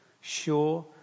Sure